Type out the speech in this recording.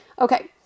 Okay